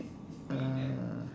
uhh